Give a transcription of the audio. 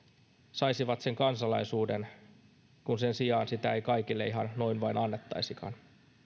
saisivat kansalaisuuden kun sitä ei kaikille ihan noin vain annettaisikaan